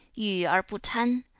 yu, er bu tan,